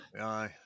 Aye